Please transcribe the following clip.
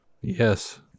Yes